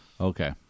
Okay